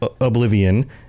Oblivion